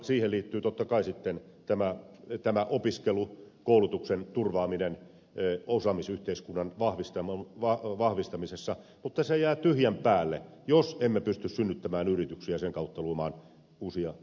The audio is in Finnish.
siihen liittyy totta kai sitten tämä opiskelu koulutuksen turvaaminen osaamisyhteiskunnan vahvistamisessa mutta se jää tyhjän päälle jos emme pysty synnyttämään yrityksiä ja sen kautta luomaan uusia työpaikkoja